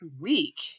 week